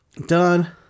Done